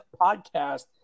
podcast